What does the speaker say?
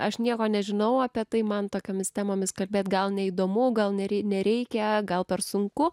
aš nieko nežinau apie tai man tokiomis temomis kalbėti gal neįdomu gal net nereikia gal per sunku